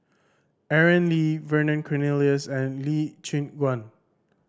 Aaron Lee Vernon Cornelius and Lee Choon Guan